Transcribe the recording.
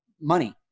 money